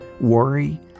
worry